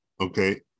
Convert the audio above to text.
Okay